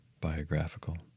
Biographical